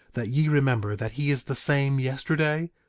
that ye remember that he is the same yesterday,